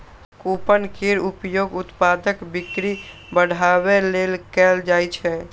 coupon केर उपयोग उत्पादक बिक्री बढ़ाबै लेल कैल जाइ छै